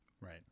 Right